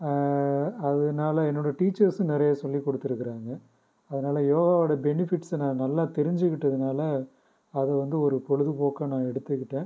அதனால என்னோடைய டீச்சர்ஸும் நிறைய சொல்லி கொடுத்துருக்குறாங்க அதனால் யோகாவோடய பெனிபிட்ஸ் நான் நல்லா தெரிஞ்சுக்கிட்டதுனால அது வந்து ஒரு பொழுதுபோக்காக நான் எடுத்துக்கிட்டேன்